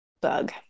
bug